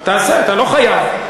תעשה, אתה לא חייב.